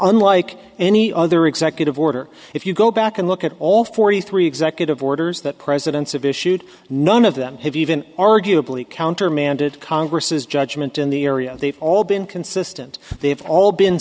unlike any other executive order if you go back and look at all forty three executive orders that presidents of issued none of them have even arguably countermanded congress's judgment in the area they've all been consistent they have all been